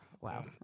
Wow